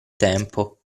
tempo